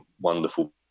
wonderful